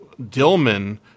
Dillman